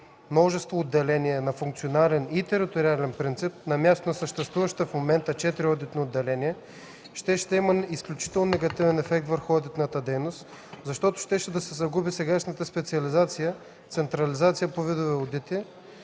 множество отделения на функционален и териториален принцип на мястото на съществуващите в момента четири одитни отделения щеше да има изключително негативен ефект върху одитната дейност, защото щеше да се загуби сегашната специализация, централизация по видове одити.